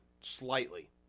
slightly